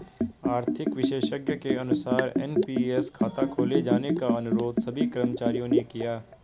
आर्थिक विशेषज्ञ के अनुसार एन.पी.एस खाता खोले जाने का अनुरोध सभी कर्मचारियों ने किया